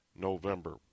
november